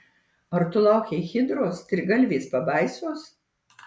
ar tu laukei hidros trigalvės pabaisos